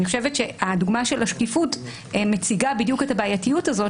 אני חושבת שהדוגמה של השקיפות מציגה בדיוק את הבעייתיות הזאת,